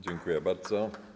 Dziękuję bardzo.